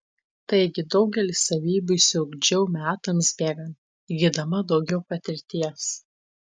taigi daugelį savybių išsiugdžiau metams bėgant įgydama daugiau patirties